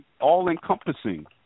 all-encompassing